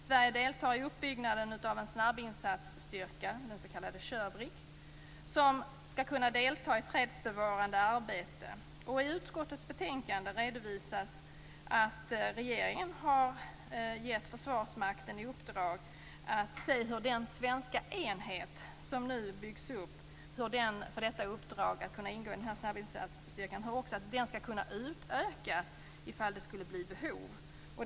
Sverige deltar i uppbyggnaden av en snabbinsatsstyrka, den s.k. SHIRBRIG, som skall kunna delta i fredsbevarande arbete. I utskottets betänkande redovisas att regeringen har gett Försvarsmakten i uppdrag att se hur den svenska enhet som nu byggs upp för uppdraget att kunna ingå i den här snabbinsatsstyrkan skall kunna utökas om det skulle uppstå behov.